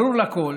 ברור לכול